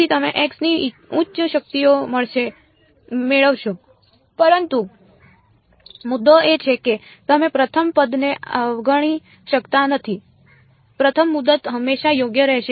તેથી તમે x ની ઉચ્ચ શક્તિઓ મેળવશો પરંતુ મુદ્દો એ છે કે તમે પ્રથમ પદને અવગણી શકતા નથી પ્રથમ મુદત હંમેશા યોગ્ય રહેશે